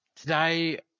Today